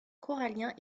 corallien